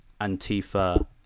Antifa